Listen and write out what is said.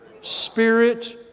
Spirit